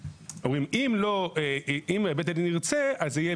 אומרים: אם בית הדין ירצה, זה יהיה